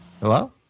Hello